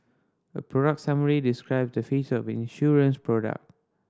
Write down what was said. a product summary describe the feature of an insurance product